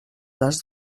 les